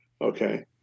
okay